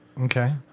Okay